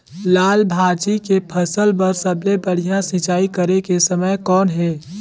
लाल भाजी के फसल बर सबले बढ़िया सिंचाई करे के समय कौन हे?